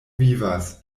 vivas